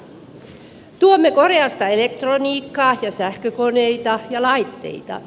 tuomme koreasta elektroniikkaa ja sähkökoneita ja laitteita